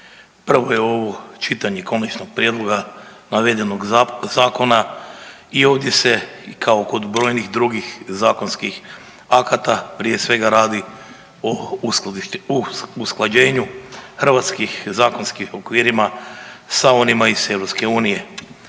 Prvo je ovo čitanje konačnog prijedloga navedenog zakona i ovdje se kao i kod brojnih drugih zakonskih akata prije svega radi o usklađenju hrvatskih zakonskih okvirima sa onima iz EU.